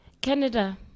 Canada